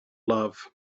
love